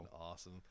awesome